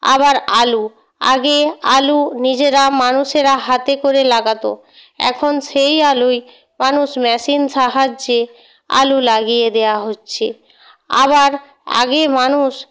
আবার আলু আগে আলু নিজেরা মানুষেরা হাতে করে লাগাতো এখন সেই আলুই মানুষ মেশিন সাহায্যে আলু লাগিয়ে দেওয়া হচ্ছে আবার আগে মানুষ